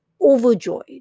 overjoyed